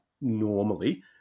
normally